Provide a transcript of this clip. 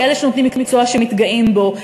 כאלה שנותנים מקצוע שמתגאים בו,